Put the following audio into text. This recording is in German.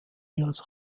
ihres